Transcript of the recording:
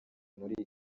muri